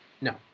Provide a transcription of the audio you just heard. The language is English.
No